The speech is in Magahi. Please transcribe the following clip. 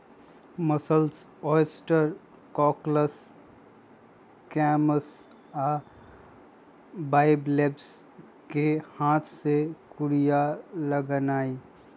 मसल्स, ऑयस्टर, कॉकल्स, क्लैम्स आ बाइवलेव्स कें हाथ से कूरिया लगेनाइ